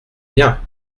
bien